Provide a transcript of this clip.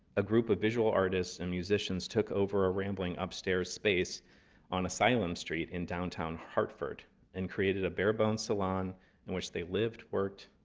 a group of visual artists and musicians took over a rambling upstairs space on asylum street in downtown hartford and created a bare bones salon in which they lived, worked,